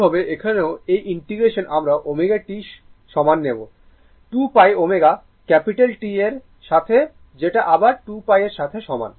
একইভাবে এখানেও এই ইন্টিগ্রেশনে আমরা ω t সমান নেব 2πω ক্যাপিটাল T এর সাথে যেটা আবার 2π এর সাথে সমান